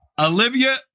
Olivia